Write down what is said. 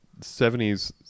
70s